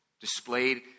Displayed